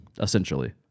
essentially